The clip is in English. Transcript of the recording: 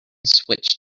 switch